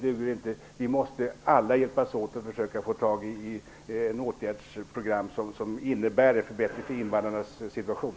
Alla måste vi, som sagt, hjälpas åt och försöka få ett åtgärdsprogram som innebär en förbättring av invandrarnas situation.